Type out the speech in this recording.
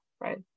Right